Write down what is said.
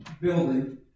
building